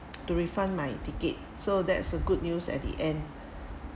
to refund my ticket so that's a good news at the end